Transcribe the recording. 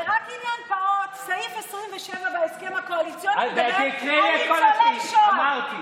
רק עניין פעוט: סעיף 27 בהסכם הקואליציוני מדבר על ניצולי שואה,